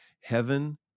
Heaven